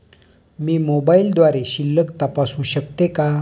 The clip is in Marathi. मी मोबाइलद्वारे शिल्लक तपासू शकते का?